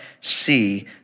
see